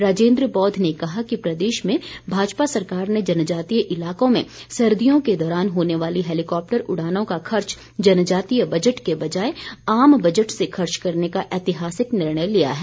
राजेन्द्र बौद्ध ने कहा कि प्रदेश में भाजपा सरकार ने जनजातीय इलाकों में सर्दियों के दौरान होने वाली हैलीकॉप्टर उड़ानों का खर्च जनजातीय बजट के बजाय आम बजट से खर्च करने का ऐतिहासिक निर्णय लिया है